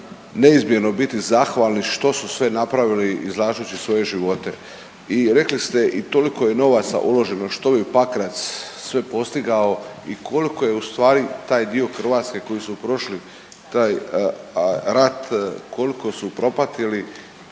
neizmjerno biti zahvalni što su sve napravili izlažući svoje živote. I rekli ste i toliko je novaca uloženo što bi Pakrac sve postigao i koliko je ustvari taj dio Hrvatske koji su prošli taj rat, koliko su propatili